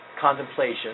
contemplation